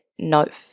Note